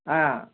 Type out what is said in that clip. ആ